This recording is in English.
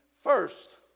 first